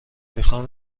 میخام